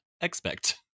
expect